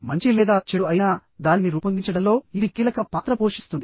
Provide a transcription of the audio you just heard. మంచి లేదా చెడు అయినా దానిని రూపొందించడంలో ఇది కీలక పాత్ర పోషిస్తుంది